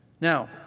Now